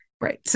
Right